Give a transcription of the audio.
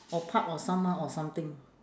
or part of someone or something